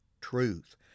truth